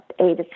eight